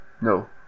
no